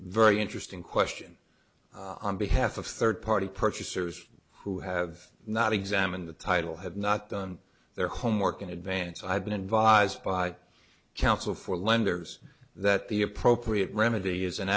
very interesting question on behalf of third party purchasers who have not examined the title have not done their homework in advance i have been involved by counsel for lenders that the appropriate remedy is an